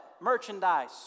Merchandise